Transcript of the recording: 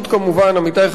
עמיתי חברי הכנסת,